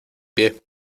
pie